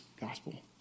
gospel